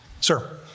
Sir